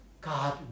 God